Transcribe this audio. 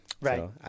Right